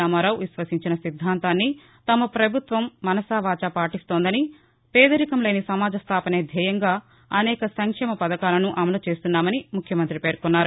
రామారావు విశ్వసించిన సిద్దాంతాన్ని తమ ప్రభుత్వం మనసా వాచా పాటిస్తోందని పేదరికంలేని సమాజ స్టాపనే ధ్యేయంగా అనేక సంక్షేమ పధకాలను అమలు చేస్తున్నామని ముఖ్యమంతి పేర్కొన్నారు